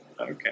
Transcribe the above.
Okay